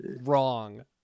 wrong